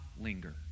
linger